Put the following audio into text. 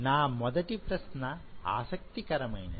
నా మొదటి ప్రశ్న ఆసక్తికరమైనది